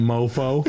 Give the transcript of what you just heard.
Mofo